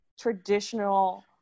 traditional